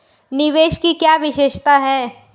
निवेश की क्या विशेषता है?